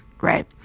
Right